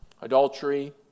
adultery